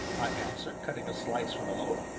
i answered, cutting a slice from the loaf,